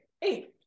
hey